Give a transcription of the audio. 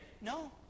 No